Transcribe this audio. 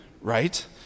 right